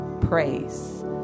praise